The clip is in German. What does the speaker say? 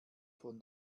von